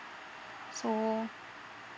so